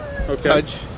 Okay